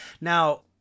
Now